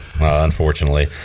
unfortunately